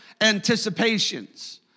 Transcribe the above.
anticipations